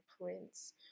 prince